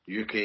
UK